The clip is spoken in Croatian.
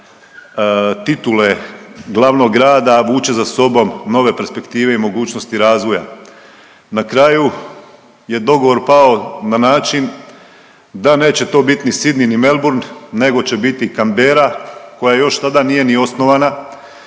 razvoja. Na kraju je dogovor pao na način da neće to bit ni Sydney ni Melbourne nego će biti Canberra koja još tada nije ni osnovana